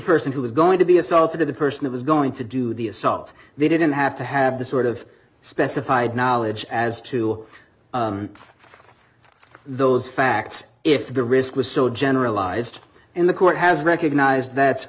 person who was going to be assaulted or the person that was going to do the assault they didn't have to have the sort of specified knowledge as to those facts if the risk was so generalized and the court has recognized that